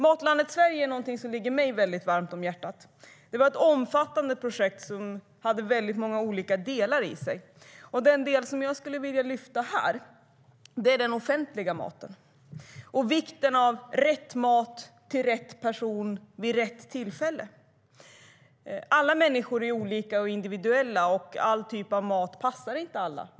Matlandet Sverige är någonting som ligger mig varmt om hjärtat. Det var ett omfattande projekt som hade många olika delar. Den del jag skulle vilja lyfta fram här är den offentliga maten och vikten av rätt mat till rätt person vid rätt tillfälle. Alla människor är olika och individuella, och all typ av mat passar inte alla.